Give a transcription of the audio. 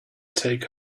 take